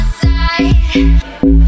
side